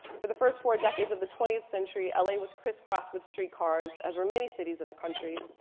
for the first four decades of the twentieth century la was crisscrossed with streetcars, as were many cities in the country.